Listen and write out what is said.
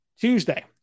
Tuesday